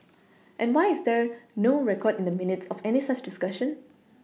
why is there no record in the minutes of any such discussion